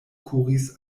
kuris